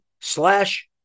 slash